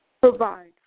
Provide